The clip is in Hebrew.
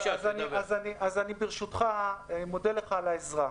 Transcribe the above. אני מודה לך על העזרה.